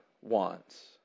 wants